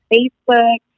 Facebook